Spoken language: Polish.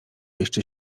jeszcze